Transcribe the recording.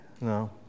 No